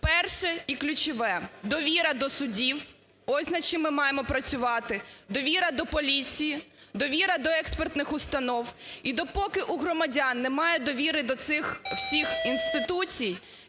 перше і ключове – довіра до судів, ось над чим ми маємо працювати, довіра до поліції, довіра до експертних установ. І допоки у громадян немає довіри до цих всіх інституцій,